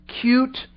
cute